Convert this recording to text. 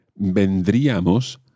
vendríamos